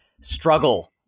struggle